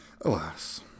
Alas